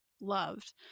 loved